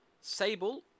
Sable